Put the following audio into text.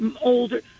older